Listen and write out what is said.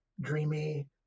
dreamy